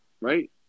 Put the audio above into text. right